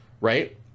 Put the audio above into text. right